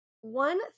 one